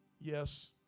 Yes